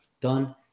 Done